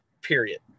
period